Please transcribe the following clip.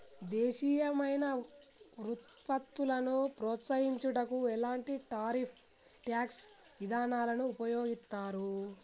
దేశీయమైన వృత్పత్తులను ప్రోత్సహించుటకు ఎలాంటి టారిఫ్ ట్యాక్స్ ఇదానాలు ఉపయోగిత్తారు